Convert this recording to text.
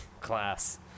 class